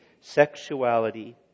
sexuality